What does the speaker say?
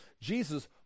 Jesus